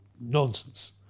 nonsense